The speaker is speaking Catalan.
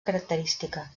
característica